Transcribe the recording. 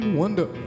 wonder